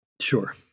Sure